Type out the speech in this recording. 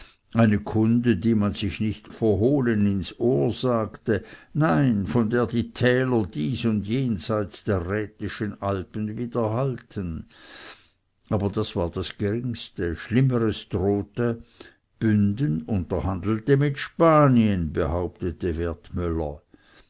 eine kunde die man sich nicht verhohlen ins ohr sagte nein von der die täler dies und jenseits der rätischen alpen widerhallten aber das war das geringste schlimmeres drohte bünden unterhandelte mit spanien behauptete wertmüller